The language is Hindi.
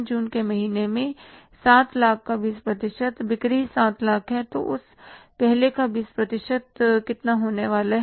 जून के महीने में 7 लाख का 20 प्रतिशत बिक्री 7 लाख है उस पहले का 20 प्रतिशत कितना होने वाला है